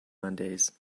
mondays